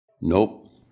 Nope